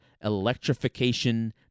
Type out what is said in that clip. electrification